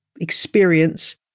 experience